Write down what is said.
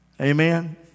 Amen